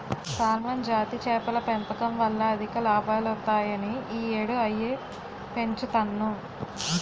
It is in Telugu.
సాల్మన్ జాతి చేపల పెంపకం వల్ల అధిక లాభాలొత్తాయని ఈ యేడూ అయ్యే పెంచుతన్ను